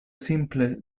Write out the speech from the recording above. simple